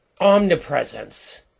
omnipresence